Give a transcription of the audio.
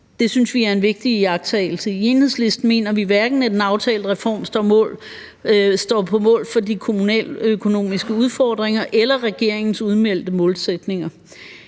Det synes vi er en vigtig iagttagelse. I Enhedslisten mener vi, at den aftalte reform hverken står på mål for de kommunaløkonomiske udfordringer eller regeringens udmeldte målsætninger.